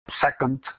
second